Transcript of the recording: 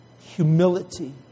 Humility